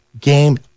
game